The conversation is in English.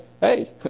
hey